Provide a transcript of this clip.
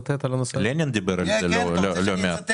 לנין דיבר על זה לא מעט.